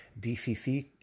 DCC